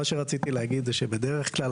מה שרציתי להגיד זה שבדרך כלל,